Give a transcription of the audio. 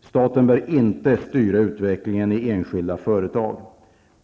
Staten bör inte styra utvecklingen i enskilda företag.